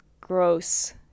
gross